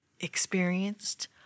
experienced